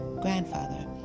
Grandfather